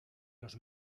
los